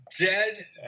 dead